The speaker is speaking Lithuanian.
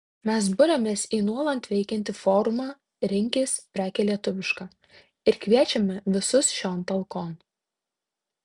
mes buriamės į nuolat veikiantį forumą rinkis prekę lietuvišką ir kviečiame visus šion talkon